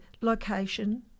location